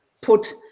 put